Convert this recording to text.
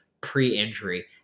pre-injury